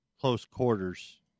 close-quarters